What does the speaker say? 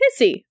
pissy